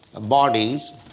bodies